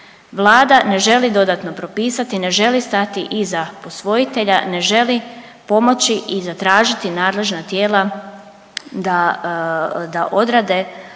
Vlada ne želi dodatno propisati, ne želi stati iza posvojitelja, ne želi pomoći i zatražiti nadležna tijela da, da odrade